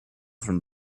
from